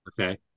Okay